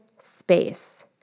space